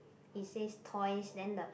it says toys then the